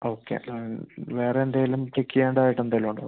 okay വേറെ എന്തേലും check ചെയ്യേണ്ടതായിട്ട് എന്തേലും ഉണ്ടോ